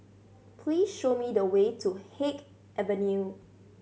please show me the way to Haig Avenue